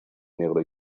negro